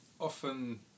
often